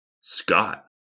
Scott